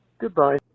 Goodbye